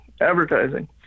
advertising